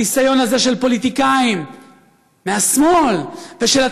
הניסיון הזה של פוליטיקאים מהשמאל ושל התקשורת,